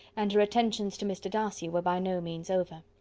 and her attentions to mr. darcy were by no means over.